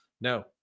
no